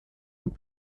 und